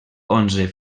onze